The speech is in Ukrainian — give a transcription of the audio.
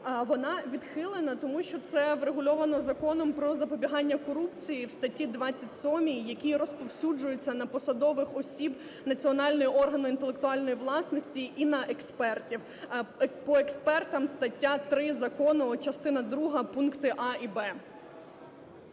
вона відхилена, тому що це врегульоване Законом про запобігання корупції в статті 27, яка розповсюджується на посадових осіб Національного органу інтелектуальної власності і на експертів, по експертам - стаття 3 закону частина друга пункти "а" і